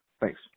Thanks